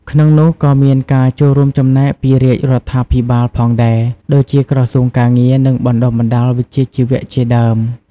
ក្នុងនោះក៏មានការចូលរួមចំណែកពីរាជរដ្ឋាភិបាលផងដែរ ដូចជាក្រសួងការងារ និងបណ្ដុះបណ្ដាលវិជ្ជាជីវៈជាដើម។